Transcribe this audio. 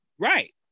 Right